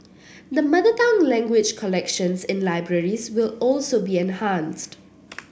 the mother tongue language collections in libraries will also be enhanced